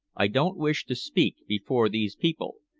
i don't wish to speak before these people.